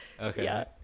Okay